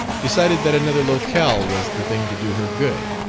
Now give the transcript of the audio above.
decided that another locale was the thing to do her good,